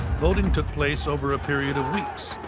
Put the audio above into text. voting took place over a period of weeks,